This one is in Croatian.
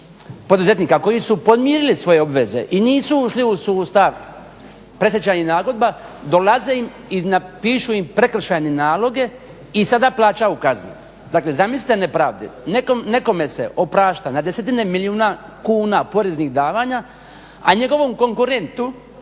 poduzetnika koji su podmirili svoje obveze i nisu ušli u sustav predstečajnih nagodba dolaze im i napišu im prekršajne naloge i sada plaćaju kazne. Dakle, zamislite nepravde. Nekome se oprašta na desetine milijuna kuna poreznih davanja, a njegovom konkurentu